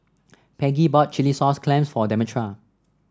Peggie bought Chilli Sauce Clams for Demetra